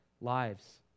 lives